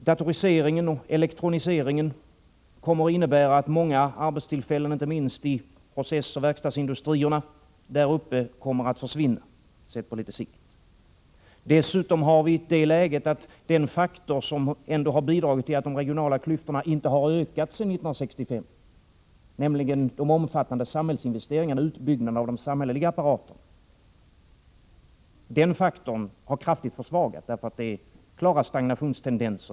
Datoriseringen och elektroniseringen kommer att innebära att många arbetstillfällen, inte minst i processoch verkstadsindustrierna, kommer att försvinna, sett på litet sikt. Dessutom har vi det läget att den faktor som ändå har bidragit till att de regionala klyftorna inte har ökat sedan 1965, nämligen de omfattande samhällsinvesteringarna — utbyggnaden av den samhälleliga apparaten — kraftigt har försvagats. Det finns klara stagnationstendenser.